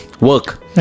work